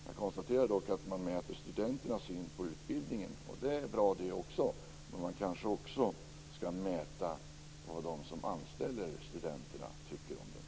Jag konstaterar dock att man mäter studenternas syn på utbildningen. Det är bra, men man kanske också skall mäta vad de som anställer studenterna tycker om den.